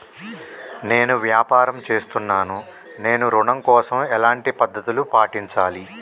నేను వ్యాపారం చేస్తున్నాను నేను ఋణం కోసం ఎలాంటి పద్దతులు పాటించాలి?